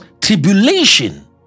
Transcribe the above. tribulation